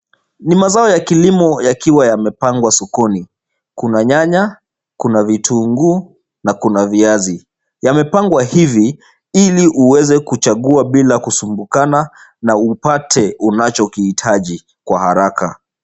Ni mazao ya kilimo yakiwa yamepangwa sokoni. Kuna nyanya, kuna vitunguu na kuna viazi. Yamepangwa hivi ili uweze kuchagua bila kusumbukana na upate unachokihitaji kwa haraka.